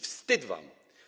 Wstyd wam.